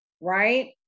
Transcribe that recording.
right